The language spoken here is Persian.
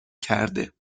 کرده